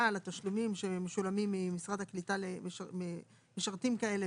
על התשלומים שמשולמים ממשרד הקליטה למשרתים כאלה,